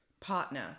partner